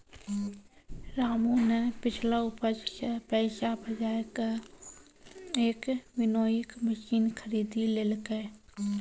रामू नॅ पिछलो उपज सॅ पैसा बजाय कॅ एक विनोइंग मशीन खरीदी लेलकै